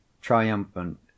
triumphant